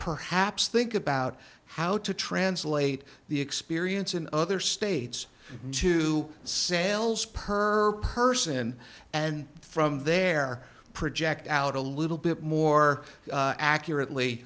perhaps think about how to translate the experience in other states to sales per person and from there project out a little bit more accurately